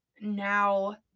now